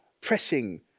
pressing